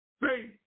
faith